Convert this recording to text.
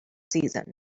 season